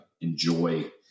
enjoy